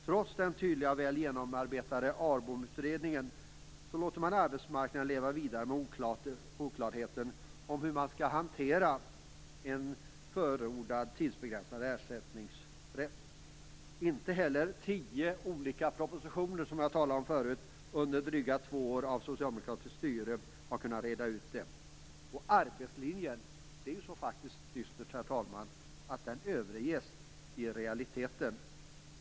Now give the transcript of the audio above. Trots den tydliga och väl genomarbetade ARBOM-utredningen låter man arbetsmarknaden leva vidare med oklarhet om hur en förordad tidsbegränsad ersättningsrätt skall hanteras. Inte heller tio olika propositioner under drygt två år av socialdemokratiskt styre har kunnat reda ut det. Arbetslinjen överges i realiteten. Så dystert är det, herr talman.